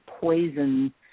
poison